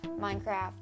Minecraft